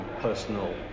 personal